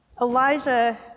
Elijah